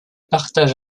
partage